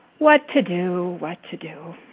what to do? what to do?